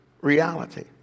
reality